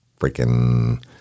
freaking